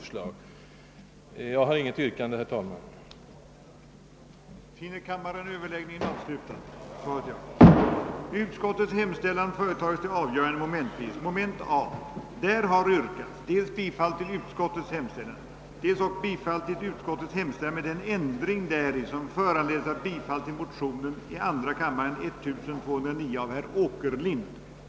Jag har i dag inget annat yrkande än bifall till utskottets förslag.